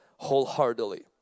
wholeheartedly